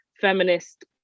feminist